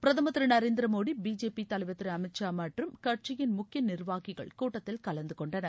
பிரதமர் திரு நரேந்திர மோடி பிஜேபி தலைவர் திரு அமித் ஷா மற்றும் கட்சியின் முக்கிய நிர்வாகிகள் கூட்டத்தில் கலந்துகொண்டனர்